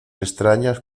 extrañas